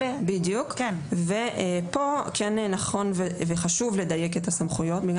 פה כן נכון וחשוב לדייק את הסמכויות בגלל